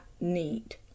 need